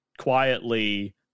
quietly